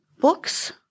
Books